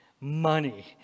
Money